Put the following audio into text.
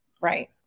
right